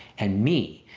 and me,